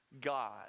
God